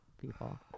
people